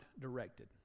directed